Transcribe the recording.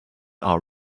are